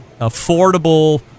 affordable